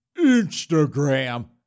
Instagram